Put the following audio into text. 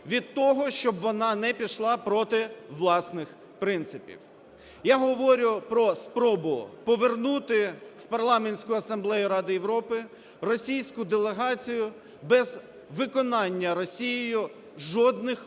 від того, щоб вона не пішла проти власних принципів. Я говорю про спробу повернути в Парламентську Асамблею Ради Європи російську делегацію без виконання Росією жодних умов,